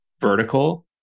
vertical